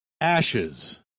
Ashes